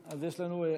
אז תצביעו בעד.